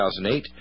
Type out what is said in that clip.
2008